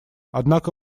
однако